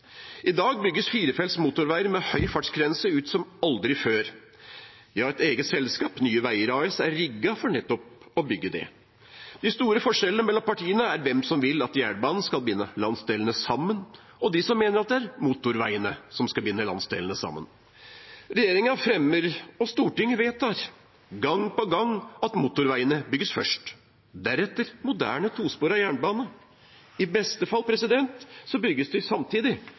I dag bygges firefelts motorveier med høy fartsgrense ut som aldri før. Vi har et eget selskap, Nye Veier AS, som er rigget for nettopp å bygge det. De store forskjellene mellom partiene går på hvem som vil at jernbanen skal binde landsdelene sammen, og hvem som mener at det er motorveiene som skal binde landsdelene sammen. Regjeringen fremmer forslag, og Stortinget vedtar – gang på gang – at motorveiene skal bygges først, deretter moderne, tosporet jernbane. I beste fall bygges de samtidig